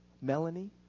Melanie